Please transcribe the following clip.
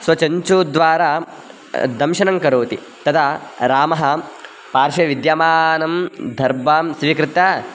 स्वचञ्चू द्वारा दंशनं करोति तदा रामः पार्श्वे विद्यमानं दर्भां स्वीकृत्य